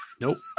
nope